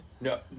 No